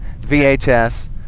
VHS